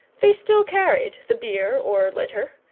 they still carried the bier or litter.